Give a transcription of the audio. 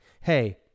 hey